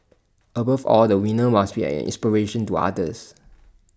above all the winner must be an inspiration to others